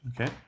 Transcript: Okay